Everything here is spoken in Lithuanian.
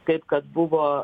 kaip kad buvo